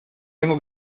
tengo